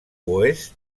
oest